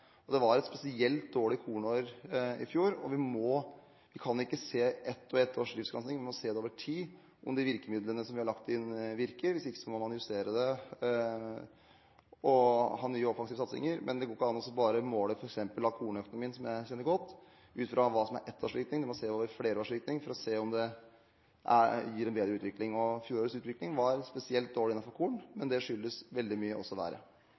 Det var et spesielt dårlig kornår i fjor. Vi kan ikke se på ett og ett års driftsgranskinger, vi må se over tid om de virkemidlene vi har lagt inn virker. Hvis ikke må man justere dem og ha nye offensive satsinger. Det går ikke an bare å måle f.eks. kornøkonomien, som jeg kjenner godt, ut fra hva som er ettårsvirkning. Vi må se virkningen over flere år for å se om det gir en bedre utvikling. Fjorårets utvikling var spesielt dårlig